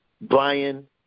Brian